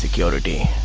security,